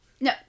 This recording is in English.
No